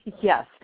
Yes